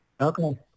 Okay